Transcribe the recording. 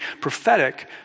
prophetic